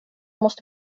måste